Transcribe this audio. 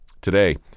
Today